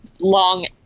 long